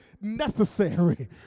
necessary